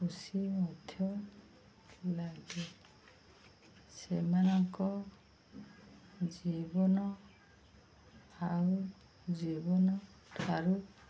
ଖୁସି ମଧ୍ୟ ଲାଗେ ସେମାନଙ୍କ ଜୀବନ ଆଉ ଜୀବନଠାରୁ